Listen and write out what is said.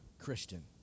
Christian